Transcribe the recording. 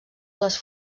les